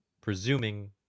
presuming